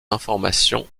informations